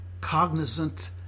cognizant